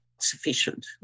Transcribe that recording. sufficient